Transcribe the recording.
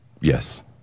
Yes